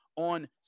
on